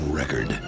record